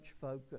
focus